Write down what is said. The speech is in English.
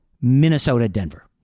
Minnesota-Denver